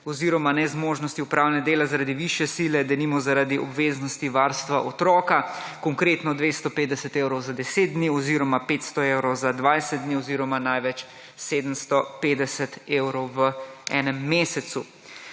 oziroma nezmožnosti opravljanja dela zaradi višje sile, denimo zaradi obveznosti varstva otroka, konkretno 250 evrov za 10 dni oziroma 500 evrov za 20 dni oziroma največ 750 evrov v enem mesecu.